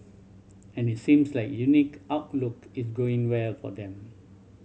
and it seems like unique outlook is going well for them